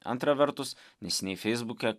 antra vertus neseniai feisbuke